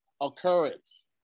Occurrence